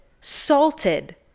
salted